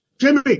Jimmy